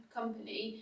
company